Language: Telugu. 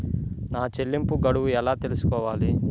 నా చెల్లింపు గడువు ఎలా తెలుసుకోవాలి?